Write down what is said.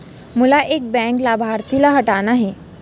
मोला एक बैंक लाभार्थी ल हटाना हे?